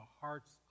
hearts